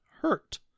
hurt